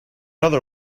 other